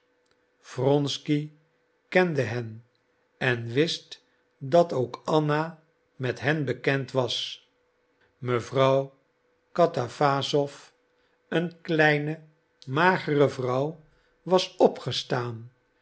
wronsky kende hen en wist dat ook anna met hen bekend was mevrouw katawassow een kleine magere vrouw was opgestaan